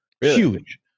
Huge